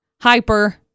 hyper